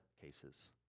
cases